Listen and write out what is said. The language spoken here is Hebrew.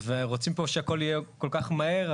ורוצים פה שהכל יהיה כל כך מהר,